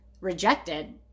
rejected